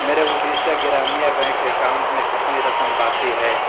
میرے Odisha Gramya bank account میں کتنی رقم باقی ہے